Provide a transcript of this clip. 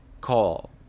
call